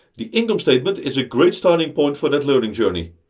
the income statement is a great starting point for that learning journey.